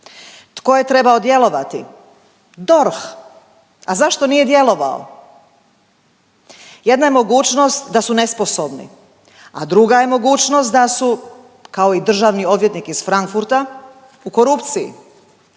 Tko je trebao djelovati? DORH. A zašto nije djelovao? Jedna je mogućnost da su nesposobni, a druga je mogućnost da su kao i državni odvjetnik iz Frankfurta u korupciji.